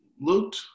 looked